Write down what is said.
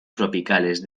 tropicales